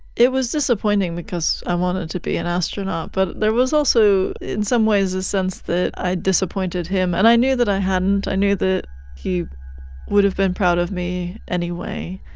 it was disappointing because i wanted to be an astronaut, but there was also in some ways a sense that i had disappointed him. and i knew that i hadn't, i knew that he would have been proud of me anyway.